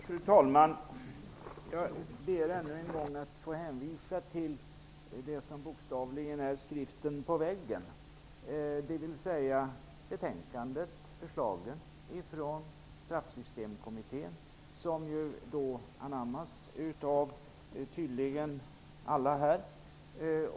Fru talman! Jag ber ännu en gång att få hänvisa till det som bokstavligen är skriften på väggen - dvs. betänkandet och förslagen från Straffsystemkommittén, som tydligen anammas av alla här.